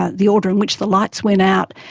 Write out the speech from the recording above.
ah the order in which the lights went out.